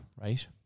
right